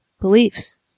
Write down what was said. beliefs